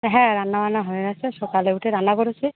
হ্যাঁ রান্না বান্না হয়ে গেছে সকালে উঠে রান্না করেছি